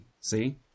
See